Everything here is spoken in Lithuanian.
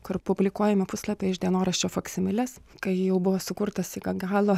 kur publikuojami puslapiai iš dienoraščio faksimiles kai jau buvo sukurtas iki galo